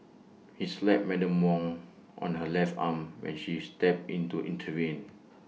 he slapped Madam Wang on her left arm when she stepped in to intervene